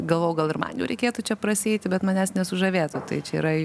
galvojau gal ir man jau reikėtų čia prasieiti bet manęs nesužavėtų tai čia yra